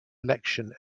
election